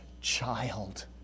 child